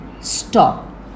stop